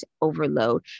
overload